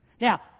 Now